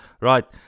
right